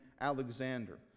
Alexander